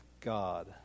God